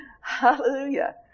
Hallelujah